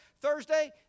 Thursday